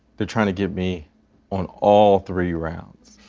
they're trying to get me on all three rounds.